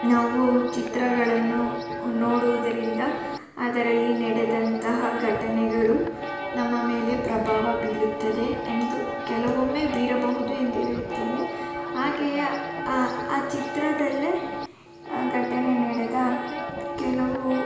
ನಾವು ಚಿತ್ರಗಳನ್ನು ನೋಡುವುದರಿಂದ ಅದರಲ್ಲಿ ನಡೆದಂತಹ ಘಟನೆಗಳು ನಮ್ಮ ಮೇಲೆ ಪ್ರಭಾವ ಬೀರುತ್ತದೆ ಎಂದು ಕೆಲವೊಮ್ಮೆ ಬೀರಬಹುದು ಎಂದು ಹೇಳುತ್ತೇನೆ ಹಾಗೆಯೇ ಆ ಆ ಚಿತ್ರದಲ್ಲೇ ಘಟನೆ ನಡೆದ ಕೆಲವು